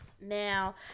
now